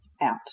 out